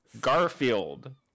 Garfield